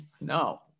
No